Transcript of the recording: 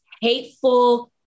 hateful